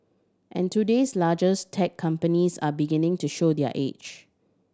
and today's largest tech companies are beginning to show their age